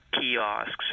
kiosks